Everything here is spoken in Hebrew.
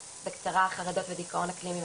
חרדות ודיכאון אקלימיים,